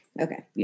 Okay